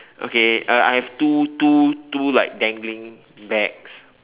okay uh I have two two two like dangling bags